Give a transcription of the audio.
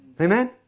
Amen